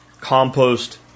compost